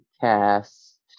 cast